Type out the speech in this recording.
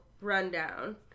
rundown